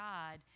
God